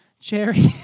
cherry